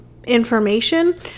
information